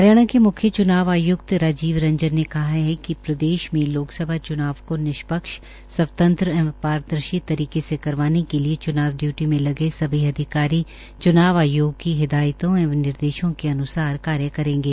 हरियाणा के मुख्य चुनाव आयुक्त राजीव रंजन ने कहा कि प्रदेश में लोकसभा चुनाव को निष्पक्ष स्वतंत्र एंव पारदर्शी तरीके से करवाने के लिये चुनाव डयूटी में लगे सभी अधिकारी चुनाव आयोग की हिदायतों एवं निर्देशों के अन्सार कार्य करेंगे